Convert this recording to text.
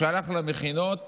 שהלך למכינות